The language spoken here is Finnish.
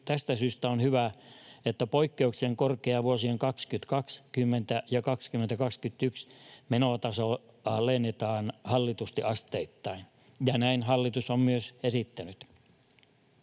Tästä syystä on hyvä, että poikkeuksellisen korkeaa vuosien 2020 ja 2021 menotasoa alennetaan hallitusti asteittain, ja näin hallitus on myös esittänyt.